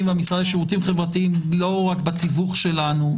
והמשרד לשירותים חברתיים לא רק בתווך שלנו.